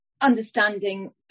understanding